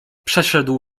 przeszedł